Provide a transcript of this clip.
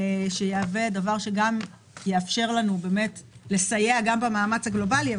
דבר שיאפשר לנו לסייע במאמץ הגלובלי,